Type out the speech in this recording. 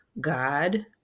God